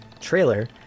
trailer